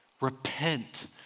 repent